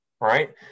right